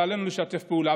ועלינו לשתף פעולה,